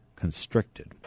constricted